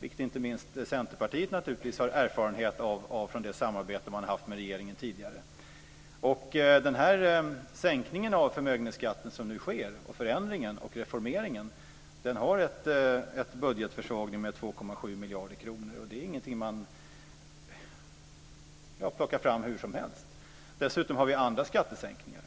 vilket inte minst Centerpartiet har erfarenhet av från det samarbete man haft med regeringen tidigare. Den sänkning av förmögenhetsskatten som nu sker, förändringen och reformeringen innebär en budgetförsvagning med 2,7 miljarder kronor. Det är ingenting man plockar fram hur som helst. Dessutom har vi andra skattesänkningar.